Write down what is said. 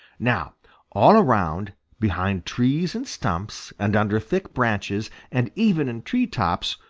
now all around, behind trees and stumps, and under thick branches, and even in tree tops,